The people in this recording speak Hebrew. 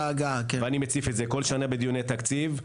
ואני מציף את זה כל שנה בדיוני תקציב,